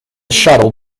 shuttle